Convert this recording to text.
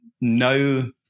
no